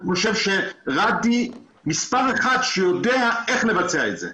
אני חושב שראדי הוא מספר 1 שיודע איך לבצע את זה.